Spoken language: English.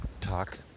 talk